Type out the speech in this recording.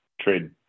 trade